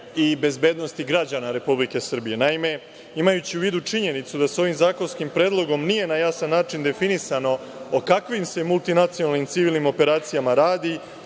i bezbednosti građana Srbije. Naime, imajući u vidu činjenicu da se ovim zakonskim predlogom nije na jasan način definisalo o kakvim se multinacionalnim civilnim operacijama radi